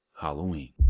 Halloween